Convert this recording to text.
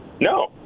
No